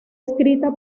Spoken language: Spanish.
escrita